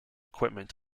equipment